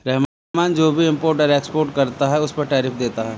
रहमान जो भी इम्पोर्ट और एक्सपोर्ट करता है उस पर टैरिफ देता है